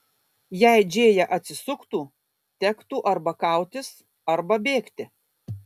jei džėja atsisuktų tektų arba kautis arba bėgti